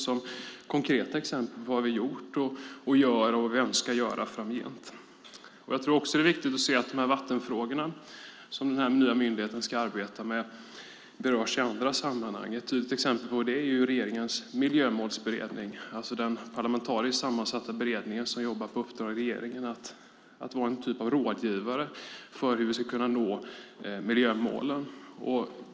Det är konkreta exempel på vad vi har gjort, gör och ska göra framgent. Jag tror också att det är viktigt att se att de vattenfrågor som den nya myndigheten ska arbeta med berörs i andra sammanhang. Ett tydligt exempel på det är regeringens miljömålsberedning, alltså den parlamentariskt sammansatta beredning som jobbar på uppdrag av regeringen, som ska vara en typ av rådgivare i fråga om hur vi ska nå miljömålen.